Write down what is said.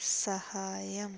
സഹായം